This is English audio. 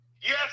Yes